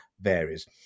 varies